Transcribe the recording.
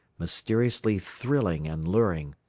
mysteriously thrilling and luring,